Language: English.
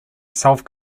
south